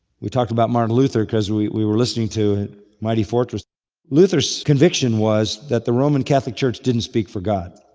we talked about martin luther because we we were listening to a mighty fortress and luther's conviction was that the roman catholic church didn't speak for god.